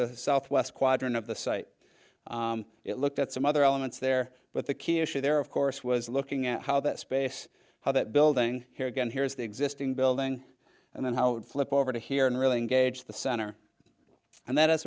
the southwest quadrant of the site it looked at some other elements there but the key issue there of course was looking at how that space how that building here again here is the existing building and then how flip over to here and really engage the center and that has